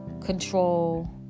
control